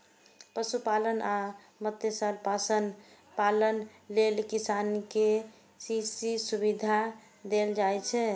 पशुपालन आ मत्स्यपालन लेल किसान कें के.सी.सी सुविधा देल जाइ छै